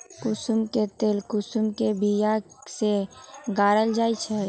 कुशुम के तेल कुशुम के बिया से गारल जाइ छइ